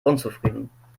unzufrieden